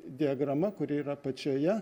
diagrama kuri yra apačioje